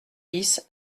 dix